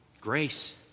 grace